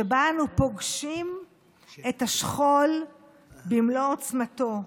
שבה אנו פוגשים את השכול במלוא עוצמתו.